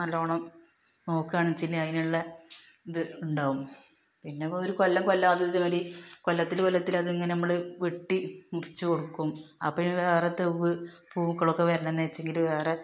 നല്ലവണ്ണം നോക്കുകയാണ് വെച്ചെങ്കിൽ അതിനുള്ള ഇത് ഉണ്ടാവും പിന്നെ ഒരു കൊല്ലം കൊല്ലം അത് ഇതേമാതിരി കൊല്ലത്തിൽ കൊല്ലത്തിൽ അത് ഇങ്ങനെ നമ്മൾ വെട്ടി മുറിച്ച് കൊടുക്കും അപ്പോൾ പിന്നെ വേറെ തുവ്വ് പൂക്കളൊക്കെ വരണം എന്ന് വെച്ചെങ്കിൽ വേറെ